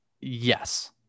Yes